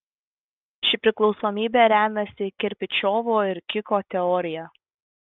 ši priklausomybė remiasi kirpičiovo ir kiko teorija